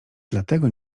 dlatego